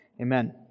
Amen